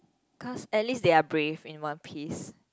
cause at least they are brave in One-Piece